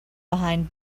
behind